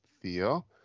Theo